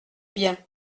bien